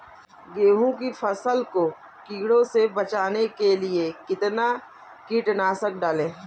गेहूँ की फसल को कीड़ों से बचाने के लिए कितना कीटनाशक डालें?